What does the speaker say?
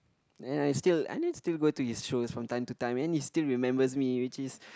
and I still and I still go to his shows from time to time and he still remembers me which is